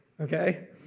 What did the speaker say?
okay